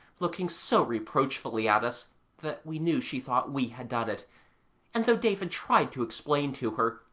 looking so reproachfully at us that we knew she thought we had done it and though david tried to explain to her,